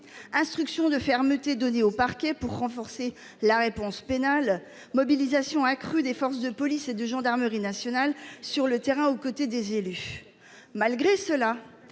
instructions de fermeté données aux parquets pour renforcer la réponse pénale ; mobilisation accrue des forces de police et de gendarmerie sur le terrain aux côtés des élus. Malgré cela,